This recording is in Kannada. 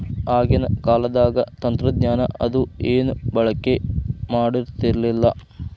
ಆಗಿನ ಕಾಲದಾಗ ತಂತ್ರಜ್ಞಾನ ಅದು ಏನು ಬಳಕೆ ಮಾಡತಿರ್ಲಿಲ್ಲಾ